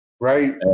Right